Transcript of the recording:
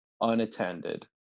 unattended